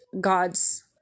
God's